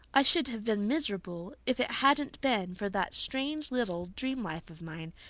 i should have been miserable if it hadn't been for that strange little dream-life of mine,